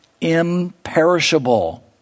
imperishable